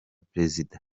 prezida